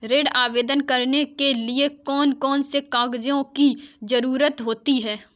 ऋण आवेदन करने के लिए कौन कौन से कागजों की जरूरत होती है?